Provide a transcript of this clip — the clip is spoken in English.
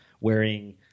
wearing